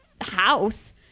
house